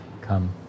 come